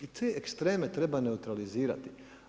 I te ekstreme treba neutralizirati.